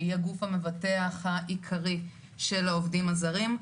שהיא הגוף המבטח העיקרי של העובדים הזרים,